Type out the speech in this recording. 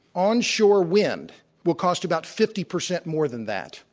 onshore wind will cost about fifty percent more than that,